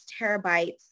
terabytes